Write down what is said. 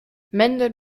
männer